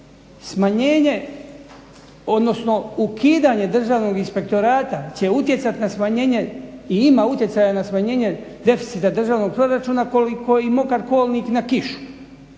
Smanjenje odnosno ukidanje Državnog inspektorata će utjecati na smanjenje i ima utjecaja na smanjenje deficita državnog proračuna koliko i mokar kolnik na kišu.